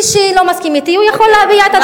מי שלא מסכים אתי יכול להביע את דעתו.